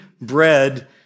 bread